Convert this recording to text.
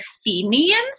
Athenian's